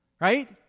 Right